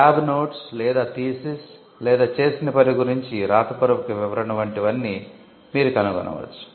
lab notes లేదా thesis లేదా చేసిన పని గురించి వ్రాతపూర్వక వివరణ వంటి వన్నీ మీరు కనుగొనవచ్చు